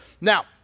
Now